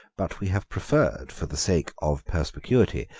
but we have preferred, for the sake of perspicuity,